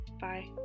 Bye